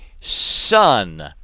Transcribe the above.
son